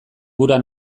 gura